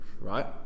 right